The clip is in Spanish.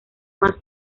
más